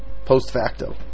post-facto